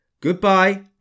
Goodbye